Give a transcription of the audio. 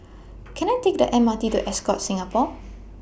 Can I Take The M R T to Ascott Singapore